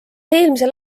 eelmisel